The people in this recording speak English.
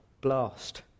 blast